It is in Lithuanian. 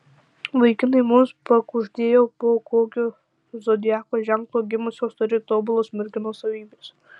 vaikinai mums pakuždėjo po kokiu zodiako ženklu gimusios turi tobulos merginos savybes